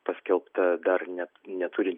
paskelbta dar net neturi